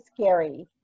scary